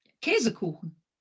Käsekuchen